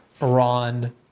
Iran